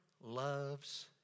loves